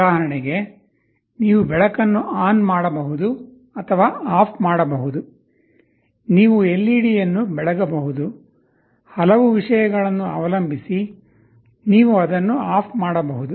ಉದಾಹರಣೆಗೆ ನೀವು ಬೆಳಕನ್ನು ಆನ್ ಮಾಡಬಹುದು ಅಥವಾ ಆಫ್ ಮಾಡಬಹುದು ನೀವು ಎಲ್ಇಡಿಯನ್ನು ಬೆಳಗಬಹುದು ಹಲವು ವಿಷಯಗಳನ್ನು ಅವಲಂಬಿಸಿ ನೀವು ಅದನ್ನು ಆಫ್ ಮಾಡಬಹುದು